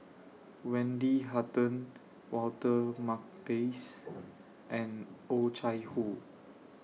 Wendy Hutton Walter Makepeace and Oh Chai Hoo